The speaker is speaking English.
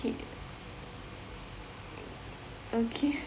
okay